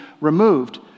removed